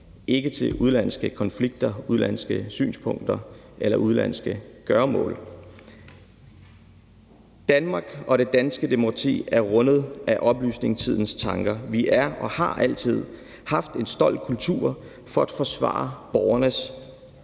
ikke til udenlandske konflikter, udenlandske synspunkter eller udenlandske gøremål. Danmark og det danske demokrati er rundet af oplysningstidens tanker, og vi har og vi har altid haft en stolt kultur i forhold til at forsvare borgernes